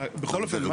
בכל אופן,